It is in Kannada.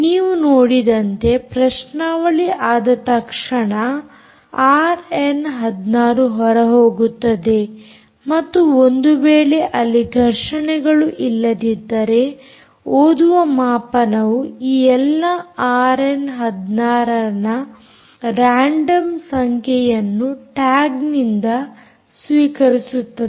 ನೀವು ನೋಡಿದಂತೆ ಪ್ರಶ್ನಾವಳಿ ಆದ ತಕ್ಷಣ ಆರ್ಎನ್16 ಹೊರಹೋಗುತ್ತದೆ ಮತ್ತು ಒಂದು ವೇಳೆ ಅಲ್ಲಿ ಘರ್ಷಣೆಗಳು ಇಲ್ಲದಿದ್ದರೆ ಓದುವ ಮಾಪನವು ಈ ಎಲ್ಲ ಆರ್ಎನ್16ನ ರಾಂಡಮ್ ಸಂಖ್ಯೆಯನ್ನು ಟ್ಯಾಗ್ನಿಂದ ಸ್ವೀಕರಿಸುತ್ತದೆ